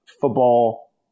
football